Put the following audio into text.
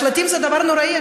השלטים זה דבר נוראי,